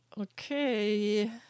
okay